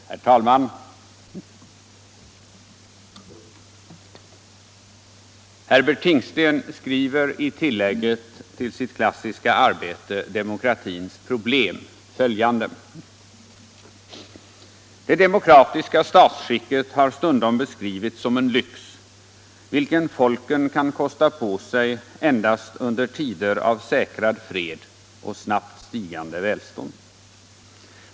Herr talman! Herbert Tingsten skriver i tillägget till sitt klassiska arbete Demokratiens problem följande: ”Det demokratiska statsskicket har stundom beskrivits som en lyx, vilken folken kan kosta på sig endast under tider av säkrad fred och snabbt stigande välstånd.